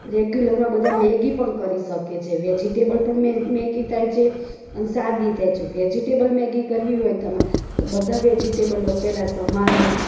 રેગ્યુલરમાં બધા મેગી પણ કરી શકે છે વેજીટેબલ પણ મેગી થાય છે અને સાદી થાય છે વેજીટેબલ મેગી કરવી હોય તમારે તો બધા વેજીટેબલ પહેલાં સમારો